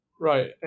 Right